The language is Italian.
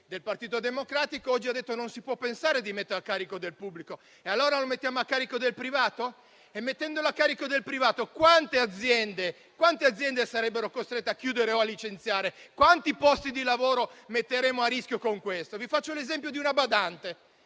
del Partito Democratico, oggi ha detto che non si può pensare di metterlo a carico del pubblico. Allora lo mettiamo a carico del privato? Mettendolo a carico del privato, quante aziende sarebbero costrette a chiudere o a licenziare? Quanti posti di lavoro metteremmo a rischio con questa misura? Vi faccio l'esempio di una badante,